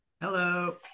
Hello